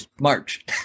March